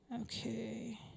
Okay